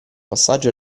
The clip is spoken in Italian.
passaggio